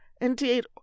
indeed